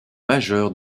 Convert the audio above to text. majeur